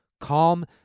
Calm